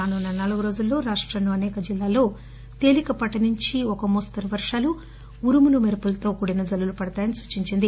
రానున్న నాలుగు రోజుల్లో రాష్టంలో అనేక జిల్లాల్లో తేలికపాటి నుంచి ఒక మోస్తరు వర్షాలు ఉరుములు మెరుపులతో కూడిన జల్లులు పడతాయని సూచించింది